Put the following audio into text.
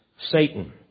Satan